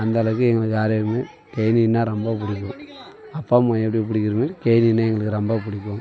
அந்தளவுக்கு எங்களுக்கு கேணின்னா ரொம்ப பிடிக்கும் அப்பா அம்மா எப்படி பிடிக்கிற மேரி கேணியுனே எங்களுக்கு ரொம்ப பிடிக்கும்